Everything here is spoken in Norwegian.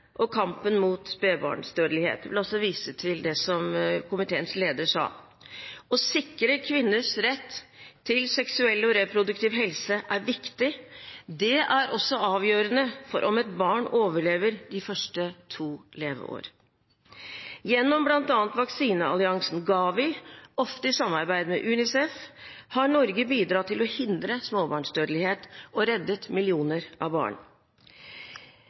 og kampen mot spedbarnsdødelighet. Jeg vil også vise til det som komiteens leder sa. Å sikre kvinners rett til seksuell og reproduktiv helse er viktig. Det er også avgjørende for om et barn overlever de første to leveår. Gjennom bl.a. vaksinealliansen GAVI, ofte i samarbeid med UNICEF, har Norge bidratt til å hindre småbarnsdødelighet og reddet millioner av barn.